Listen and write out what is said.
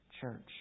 church